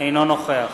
אינו נוכח